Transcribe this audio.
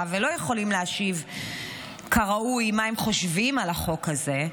ולא יכולים להשיב כראוי מה הם חושבים על החוק הזה,